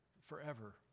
forever